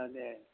आदसा दे